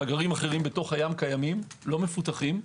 מאגרים אחרים בתוך הים קיימים, לא מפותחים.